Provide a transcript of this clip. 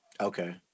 Okay